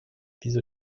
wieso